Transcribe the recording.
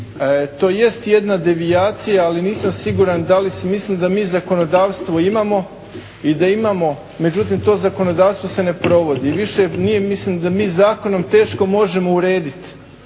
To jest jedna devijacija, ali nisam siguran da li, mislim da mi u zakonodavstvu imamo i da imamo, međutim, to zakonodavstvo se ne provodi. I više nije, mislim da mi zakonom teško možemo urediti